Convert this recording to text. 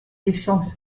échange